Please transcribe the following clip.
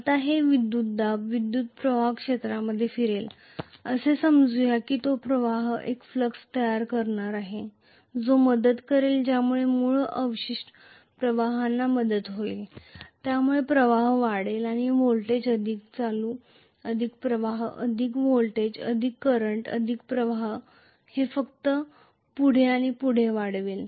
आता हे विद्युतदाब विद्युतप्रवाह क्षेत्रामधून फिरेल असे समजू या की तो प्रवाह एक फ्लक्स तयार करणार आहे ज्यामुळे मूळ अवशिष्ट प्रवाहांना मदत होईल त्यामुळे फ्लक्स वाढेल अधिक व्होल्टेज अधिक करंट अधिक फ्लक्स अधिक व्होल्टेज अधिक करंट अधिक फ्लक्स ते पुढे पुढे असे वाढत राहील